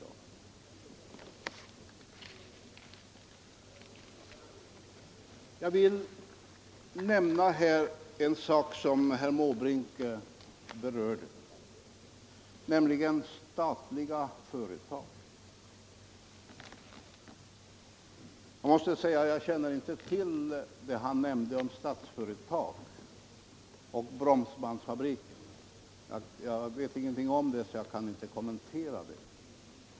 Sedan vill jag ta upp en annan fråga som herr Måbrink berörde, nämligen frågan om statliga företag. Jag måste erkänna att jag inte känner till det herr Måbrink nämnde om Statsföretag och bromsbandsfabriken, och jag kan därför inte kommentera detta.